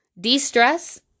de-stress